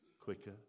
quicker